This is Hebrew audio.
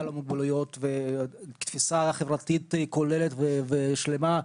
המוגבלויות ועם תפיסה חברתית כוללת ושלמה,